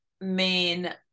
main